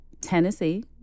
Tennessee